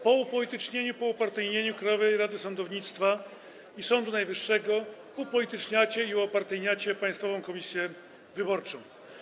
Po upolitycznieniu, po upartyjnieniu Krajowej Rady Sądownictwa i Sądu Najwyższego upolityczniacie i upartyjniacie Państwową Komisję Wyborczą.